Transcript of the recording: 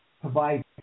provide